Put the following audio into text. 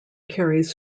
carries